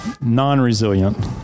Non-resilient